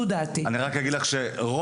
כאדם שחי בבית כזה,